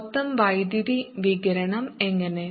മൊത്തം വൈദ്യുതി വികിരണം എങ്ങനെ